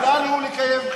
לקיים בחירות.